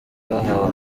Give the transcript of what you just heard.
bahawe